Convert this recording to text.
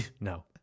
No